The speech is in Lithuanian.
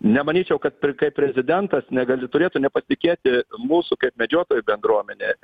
nemanyčiau kad kaip prezidentas negali turėtų nepasitikėti mūsų kaip medžiotojų bendruomene